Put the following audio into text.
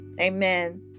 Amen